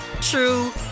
true